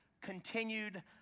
continued